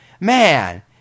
man